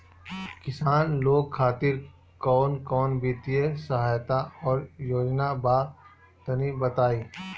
किसान लोग खातिर कवन कवन वित्तीय सहायता और योजना बा तनि बताई?